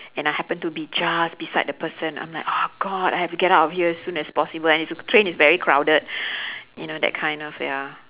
and I happened to be just beside the person I'm like oh god I have to get out of here as soon as possible and it's the train is very crowded you know that kind of ya